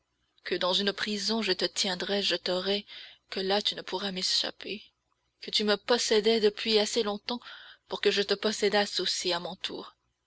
que dans une prison je te tiendrais je t'aurais que là tu ne pourrais m'échapper que tu me possédais depuis assez longtemps pour que je te possédasse aussi à mon tour